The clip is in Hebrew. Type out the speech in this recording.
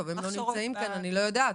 טוב, הם לא נמצאים כאן, אני לא יודעת.